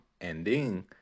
ending